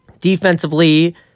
Defensively